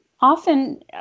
Often